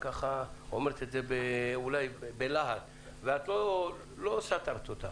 אומרת את זה אולי בלהט ואת לא סתרת אותה.